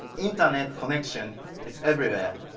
internet connection is everywhere.